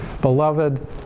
Beloved